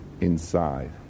inside